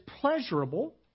pleasurable